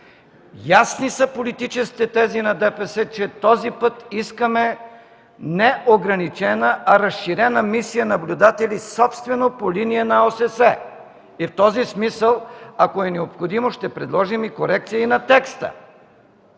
ясни са политическите тези на ДПС, че този път искаме не ограничена, а разширена мисия наблюдатели собствено по линия на ОССЕ. И в този смисъл, ако е необходимо, ще предложим и корекции на текста.